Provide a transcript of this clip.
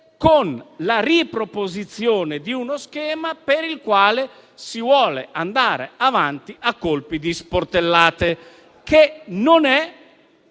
con la riproposizione di uno schema per il quale si vuole andare avanti a colpi di sportellate, che non è